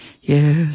Yes